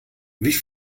wie